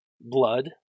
blood